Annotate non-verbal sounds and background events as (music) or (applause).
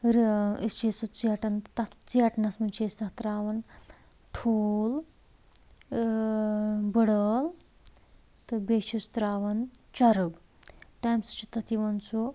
(unintelligible) أسۍ چھی سُہ ژیٹان تہٕ تَتھ ژیٹنَس منٛز چھِ أسۍ تَتھ ترٛاوان ٹھوٗل بٕڑ عٲل تہٕ بیٚیہِ چھِس ترٛاوان چرٕب تَمہِ سۭتۍ چھُ تَتھ یِوان سُہ